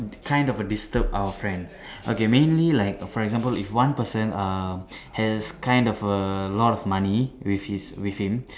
kind of a disturb our friends okay mainly like for example if one person err has kind of err a lot of money with his with him